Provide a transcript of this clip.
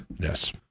Yes